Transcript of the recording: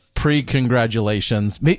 pre-congratulations